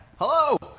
Hello